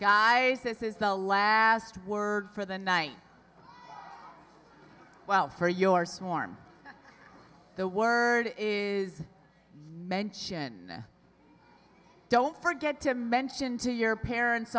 guy this is the last word for the night well for your storm the word is mentioned don't forget to mention to your parents